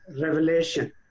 Revelation